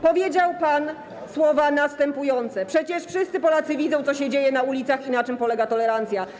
Powiedział pan słowa następujące: Przecież wszyscy Polacy widzą, co się dzieje na ulicach, i wiedzą, na czym polega tolerancja.